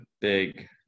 big